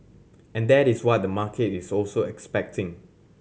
and that is what the market is also expecting